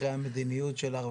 אחרי המדיניות שלך,